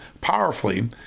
powerfully